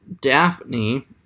Daphne